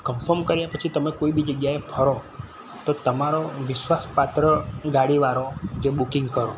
confirm કર્યા પછી તમે કોઈબી જગ્યાએ ફરો તો તમારો વિશ્વાસ પાત્ર ગાડી વાળો જે બુકિંગ કરો